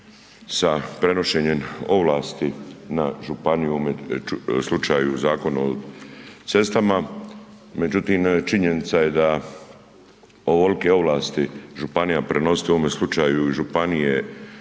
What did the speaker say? sa prenošenjem ovlasti na županiju u slučaju Zakona o cestama. Međutim, činjenica je da ovolike ovlasti županija prenositi u ovome slučaju na županije